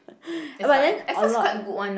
but then a lot